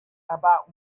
about